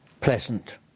pleasant